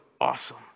awesome